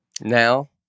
Now